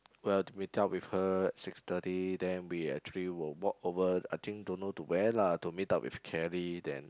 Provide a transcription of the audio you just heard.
we are to meet up with her at six thirty then we actually will walk over I think don't know to where lah to meet up with Kelly then